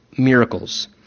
miracles